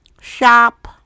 shop